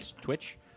Twitch